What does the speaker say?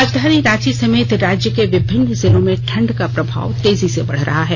राजधानी रांची समेत राज्य के विभिन्न जिलों में ठंड का प्रभाव तेजी से बढ़ रहा है